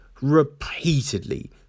repeatedly